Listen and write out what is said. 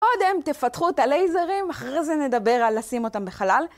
קודם תפתחו את הלייזרים, אחרי זה נדבר על לשים אותם בחלל.